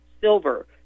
silver